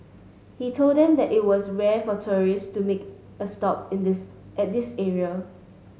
he told them that it was rare for tourists to make a stop in this at this area